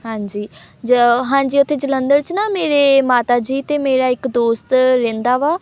ਹਾਂਜੀ ਜ ਹਾਂਜੀ ਉੱਥੇ ਜਲੰਧਰ 'ਚ ਨਾ ਮੇਰੇ ਮਾਤਾ ਜੀ ਅਤੇ ਮੇਰਾ ਇੱਕ ਦੋਸਤ ਰਹਿੰਦਾ ਵਾ